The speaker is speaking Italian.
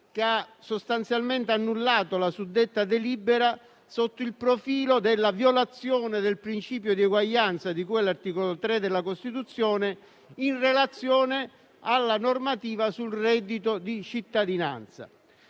che ha sostanzialmente annullato la suddetta delibera sotto il profilo della violazione del principio di uguaglianza, di cui all'articolo 3 della Costituzione, in relazione alla normativa sul reddito di cittadinanza.